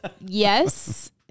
yes